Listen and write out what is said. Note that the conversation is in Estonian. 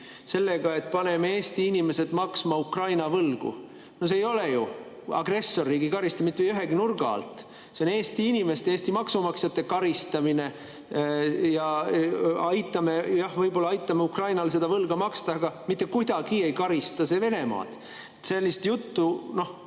sellega, et paneme Eesti inimesed maksma Ukraina võlgu. No see ei ole ju agressorriigi karistamine mitte ühegi nurga alt. See on Eesti inimeste, Eesti maksumaksjate karistamine. Jah, võib-olla aitame Ukrainal seda võlga maksta, aga mitte kuidagi ei karista see Venemaad. Sellist juttu on